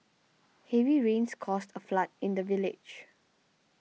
heavy rains caused a flood in the village